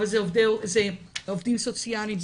אבל זה העובדים סוציאליים,